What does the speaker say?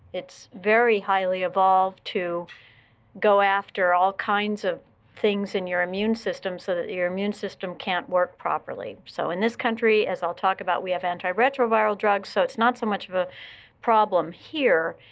it's very highly evolved to go after all kinds of things in your immune system so that your immune system can't work properly. so in this country, as i'll talk about, we have antiretroviral drugs. so it's not so much of a problem here.